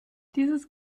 dieses